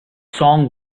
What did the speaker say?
song